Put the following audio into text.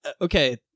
okay